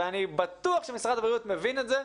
ואני בטוח שמשרד הבריאות מבין את זה,